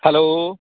hello